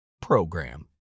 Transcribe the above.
program